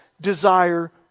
desire